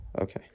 okay